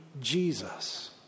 Jesus